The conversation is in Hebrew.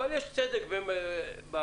אבל יש צדק באמירה.